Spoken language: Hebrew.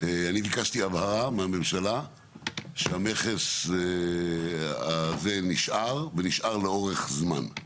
ביקשתי הבהרה מהממשלה על כך שהמכס נשאר לאורך זמן;